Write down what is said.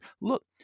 Look